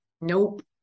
Nope